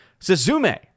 Suzume